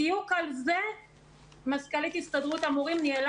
בדיוק על זה מזכ"לית הסתדרות המורים ניהלה